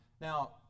Now